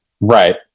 Right